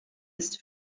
ist